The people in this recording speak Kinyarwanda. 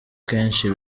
kenshi